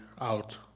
out